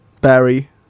Barry